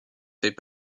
fait